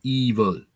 evil